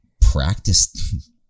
practice